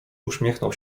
uśmiechnął